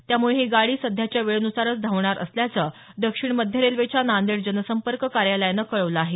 त्यामुळे ही गाडी सध्याच्या वेळेनुसारच धावणार असल्याचं दक्षिण मध्य रेल्वेच्या नांदेड जनसंपर्क कार्यालयानं कळवलं आहे